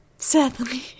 sadly